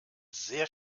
sehr